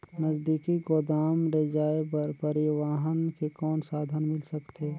नजदीकी गोदाम ले जाय बर परिवहन के कौन साधन मिल सकथे?